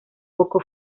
poco